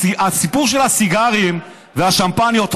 הסיפור של הסיגרים והשמפניות,